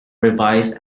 revised